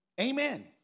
Amen